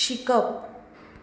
शिकप